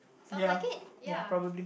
ya ya probably